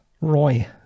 Roy